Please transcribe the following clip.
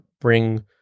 bring